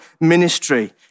ministry